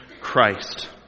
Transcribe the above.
Christ